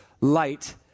light